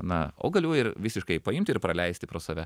na o galiu ir visiškai paimti ir praleisti pro save